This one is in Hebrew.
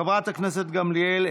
חברת הכנסת גמליאל,